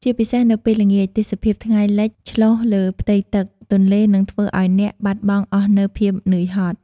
ជាពិសេសនៅពេលល្ងាច ទេសភាពថ្ងៃលិចឆ្លុះលើផ្ទៃទឹកទន្លេនឹងធ្វើឲ្យអ្នកបាត់បង់អស់នូវភាពនឿយហត់។